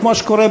כמו שקורה,